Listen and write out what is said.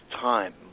time